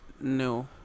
No